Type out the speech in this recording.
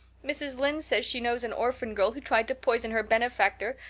mrs. lynde says she knows an orphan girl who tried to poison her benefactor.